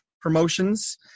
promotions